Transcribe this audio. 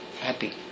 happy